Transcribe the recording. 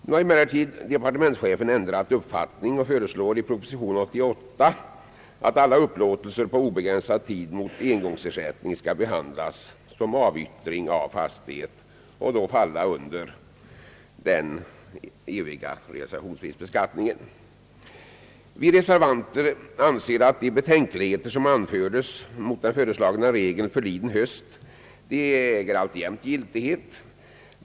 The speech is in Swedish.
Nu har emellertid departementsche fen ändrat uppfattning och föreslår i proposition nr 88, att alla upplåtelser på obegränsad tid mot engångsersättning skall behandlas som avyttring av fastighet och då falla under bestämmelsen om evig realisationsvinstbeskattning. Vi reservanter anser att de betänkligheter som anfördes mot den föreslagna regeln förliden höst alltjämt äger giltighet.